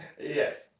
yes